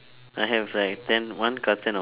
I have like ten one carton of